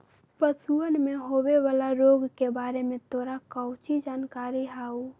पशुअन में होवे वाला रोग के बारे में तोरा काउची जानकारी हाउ?